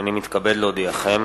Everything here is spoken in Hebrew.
הנני מתכבד להודיעכם,